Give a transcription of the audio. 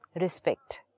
respect